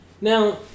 Now